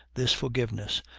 this forgiveness.